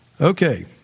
Okay